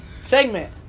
segment